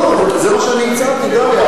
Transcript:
לא, זה מה שאני הצעתי, דליה.